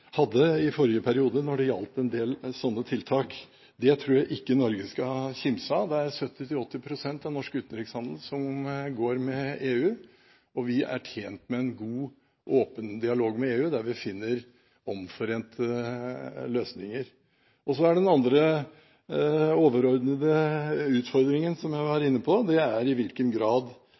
skal kimse av. 70–80 pst. av norsk utenrikshandel er med EU, og vi er tjent med en god og åpen dialog med EU der vi finner omforente løsninger. Så er det den andre overordnede utfordringen som jeg var inne på, nemlig i hvilken grad